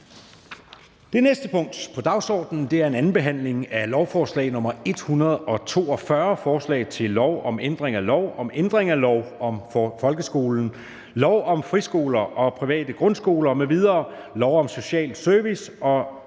Det næste punkt på dagsordenen er: 10) 2. behandling af lovforslag nr. L 142: Forslag til lov om ændring af lov om ændring af lov om folkeskolen, lov om friskoler og private grundskoler m.v., lov om social service og